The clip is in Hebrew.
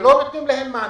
ולא נותנים להם מענה.